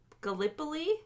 Gallipoli